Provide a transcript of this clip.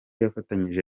yafatanyije